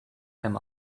him